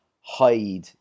hide